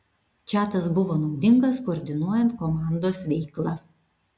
čatas buvo naudingas koordinuojant komandos veiklą